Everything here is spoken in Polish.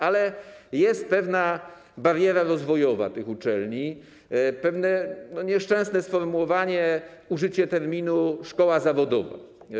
Ale jest pewna bariera rozwojowa tych uczelni, pewne nieszczęsne sformułowanie, użycie terminu „szkoła zawodowa”